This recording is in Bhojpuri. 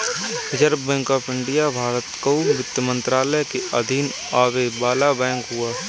रिजर्व बैंक ऑफ़ इंडिया भारत कअ वित्त मंत्रालय के अधीन आवे वाला बैंक हअ